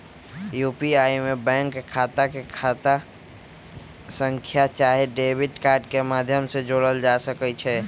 UPI में bank खता के खता संख्या चाहे डेबिट कार्ड के माध्यम से जोड़ल जा सकइ छै